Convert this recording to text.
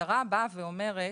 ההגדרה אומרת